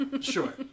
sure